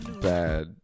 bad